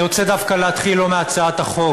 אני רוצה דווקא להתחיל לא מהצעת החוק,